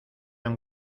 han